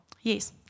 Yes